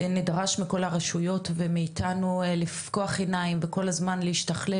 נדרש מכל הרשויות וכמובן מאיתנו לפקוח עיניים וכל הזמן להשתכלל